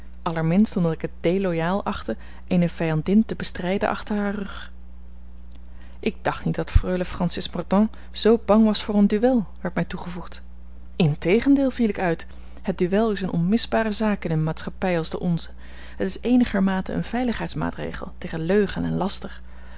allerminst omdat ik het deloyaal achtte eene vijandin te bestrijden achter haar rug ik dacht niet dat freule francis mordaunt zoo bang was voor een duel werd mij toegevoegd integendeel viel ik uit het duel is eene onmisbare zaak in eene maatschappij als de onze het is eenigermate een veiligheidsmaatregel tegen leugen en laster